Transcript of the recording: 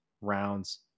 rounds